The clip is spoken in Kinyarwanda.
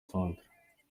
centre